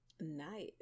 Nice